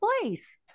place